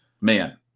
man